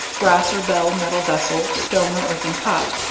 brass or bell metal vessel, stone or earthern pot,